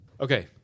Okay